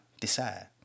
decide